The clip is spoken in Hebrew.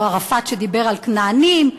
או ערפאת שדיבר על כנענים,